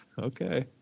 Okay